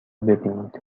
ببینید